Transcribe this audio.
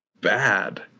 bad